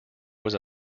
was